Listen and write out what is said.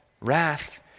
wrath